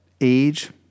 age